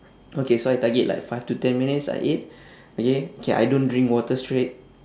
okay so I target like five to ten minutes I eat okay okay I don't drink water straight